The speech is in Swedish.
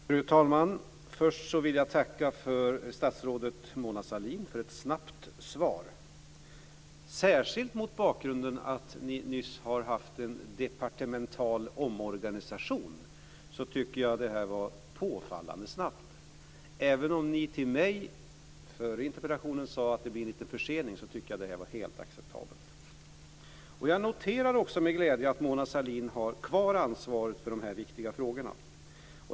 Fru talman! Först vill jag tacka statsrådet Mona Sahlin för ett snabbt svar. Särskilt mot bakgrund av att ni nyss har gjort en departemental omorganisation, tycker jag att jag fått svar påfallande snabbt. Före interpellationens besvarande sa ni till mig att det skulle bli lite försening, men jag tycker att det här är helt acceptabelt. Jag noterar också med glädje att Mona Sahlin har kvar ansvaret för de här viktiga frågorna.